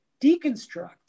deconstruct